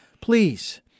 please